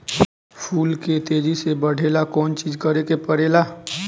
फूल के तेजी से बढ़े ला कौन चिज करे के परेला?